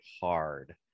hard